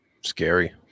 scary